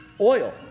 Oil